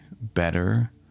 better